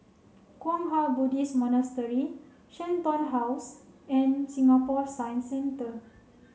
Kwang Hua Buddhist Monastery Shenton House and Singapore Science Centre